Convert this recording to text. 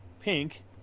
pink